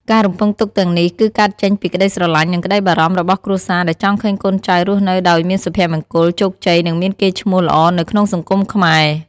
ការរំពឹងទុកទាំងនេះគឺកើតចេញពី ក្តីស្រឡាញ់ និងក្តីបារម្ភ របស់គ្រួសារ ដែលចង់ឃើញកូនចៅរស់នៅដោយមានសុភមង្គល ជោគជ័យ និងមានកេរ្តិ៍ឈ្មោះល្អនៅក្នុងសង្គមខ្មែរ។